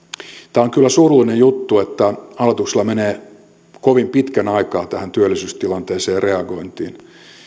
tämä on kyllä surullinen juttu että hallituksella menee kovin pitkän aikaa tähän työllisyystilanteeseen reagointiin